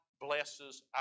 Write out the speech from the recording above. blesses